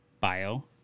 bio